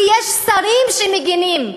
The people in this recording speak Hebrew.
כי יש שרים שמגינים.